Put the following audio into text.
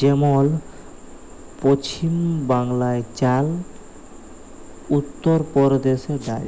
যেমল পছিম বাংলায় চাল, উত্তর পরদেশে ডাল